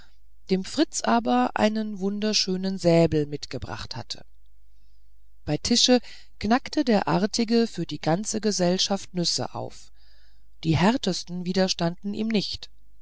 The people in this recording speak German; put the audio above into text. dem fritz aber einen wunderschönen säbel mitgebracht hatte bei tische knackte der artige für die ganze gesellschaft nüsse auf die härtesten widerstanden ihm nicht